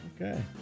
Okay